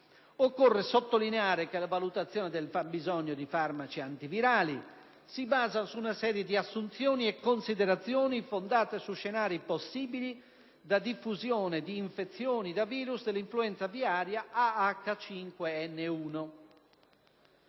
occorre sottolineare che la valutazione del fabbisogno di farmaci antivirali si basa su una serie di assunzioni e considerazioni fondate su scenari possibili da diffusione di infezioni da virus dell'influenza aviaria A/H5N1.